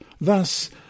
Thus